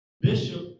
Bishop